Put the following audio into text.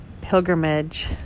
pilgrimage